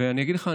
ואני אגיד לך,